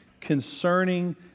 concerning